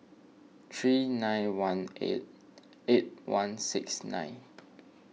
three nine one eight eight one six nine